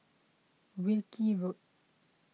Wilkie Road